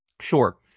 Sure